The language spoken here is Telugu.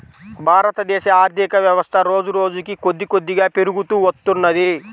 భారతదేశ ఆర్ధికవ్యవస్థ రోజురోజుకీ కొద్దికొద్దిగా పెరుగుతూ వత్తున్నది